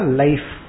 life